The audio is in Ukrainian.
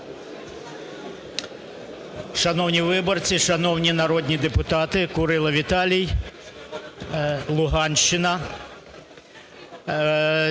Шановні виборці! Шановні народні депутати! Курило Віталій, Луганщина.